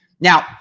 Now